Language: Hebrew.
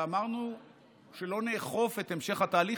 ואמרנו שלא נאכוף את המשך התהליך,